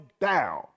down